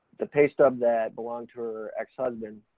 the pay stub that belonged to her ex-husband,